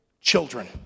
Children